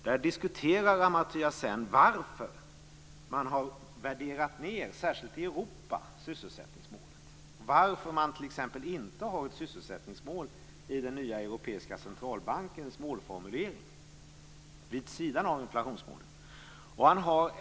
Där diskuterar Amartya Sen varför man har värderat ned sysselsättningsmålet, särskilt i Europa, och varför man t.ex. inte har ett sysselsättningsmål i den nya europeiska centralbankens målformulering vid sidan av inflationsmålet.